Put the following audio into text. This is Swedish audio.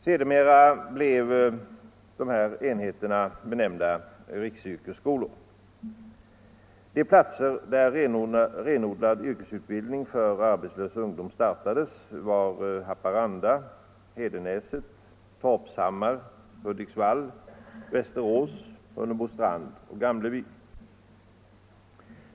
Sedermera blev dessa enheter benämnda riksyrkesskolor. De platser där renodlad yrkesutbildning för arbetslös ungdom startades var: Haparanda, Hedenäset, Torpshammar, Hudiksvall, Västerås, Hunnebostrand och Gamleby.